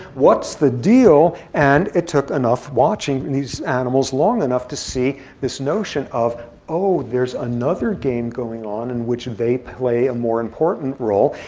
what's the deal? and it took enough watching these animals long enough to see this notion of oh, there's another game going on in which they play a more important role.